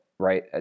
right